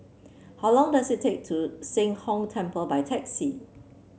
how long does it take to Sheng Hong Temple by taxi